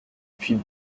puits